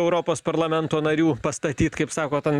europos parlamento narių pastatyt kaip sakot ant